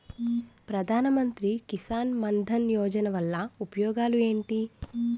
ప్రధాన మంత్రి కిసాన్ మన్ ధన్ యోజన వల్ల ఉపయోగాలు ఏంటి?